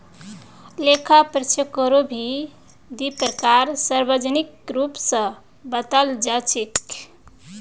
लेखा परीक्षकेरो भी दी प्रकार सार्वजनिक रूप स बताल जा छेक